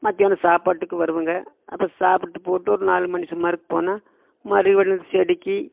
மத்தியானம் சாப்பாட்டுக்கு வருவேன்ங்க அப்போ சாப்பிட்டு போட்டு ஒரு நாலு மணி சுமாருக்கு போனால் மறுபடி இந்த செடிக்கு